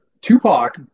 Tupac